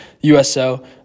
USO